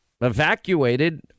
evacuated